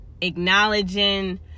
acknowledging